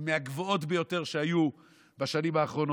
היא מהגבוהות ביותר שהיו בשנים האחרונות.